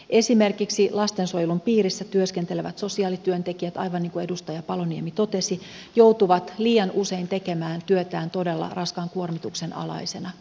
esimerkiksi lastensuojelun piirissä työskentelevät sosiaalityöntekijät aivan niin kuin edustaja paloniemi totesi joutuvat liian usein tekemään työtään todella raskaan kuormituksen alaisina